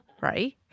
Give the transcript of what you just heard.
right